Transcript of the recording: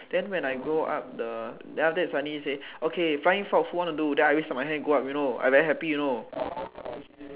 then when I go up the then after that suddenly say flying fox who want to do then I raise up my hand go up know I very happy know